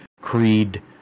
Creed